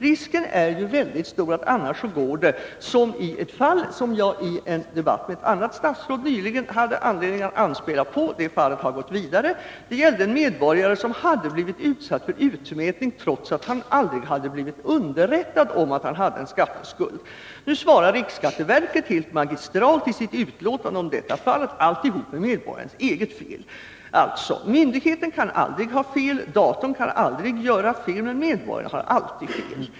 Risken är väldigt stor att det annars går som i ett fall som jag i en debatt med ett annat statsråd nyligen hade anledning att anspela på. Detta fall har gått vidare. Det gällde en medborgare som utsatts för utmätning, trots att han aldrig blivit underrättad om att han hade en skatteskuld. Nu svarar riksskatteverket helt magistralt i sitt utlåtande om detta fall, att alltihopa är medborgarens eget fel! Alltså: Myndigheten kan aldrig ha fel, datorn kan aldrig göra fel — men medborgaren har alltid fel.